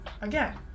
Again